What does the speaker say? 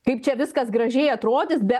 kaip čia viskas gražiai atrodys be